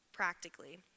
practically